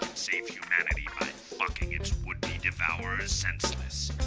save humanity by fucking its would-be devourers senseless.